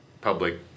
public